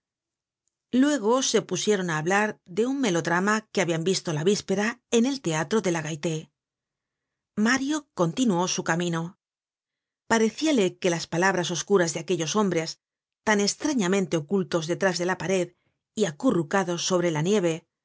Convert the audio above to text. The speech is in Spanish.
luego se pusieron á hablar de un melodrama que habian visto la víspera en el teatro de la gaité mario continuó su camino parecíale que las palabras oscuras de aquellos hombres tan estrañamente ocultos detrás de la pared y acurrucados sobre la nieve